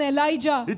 Elijah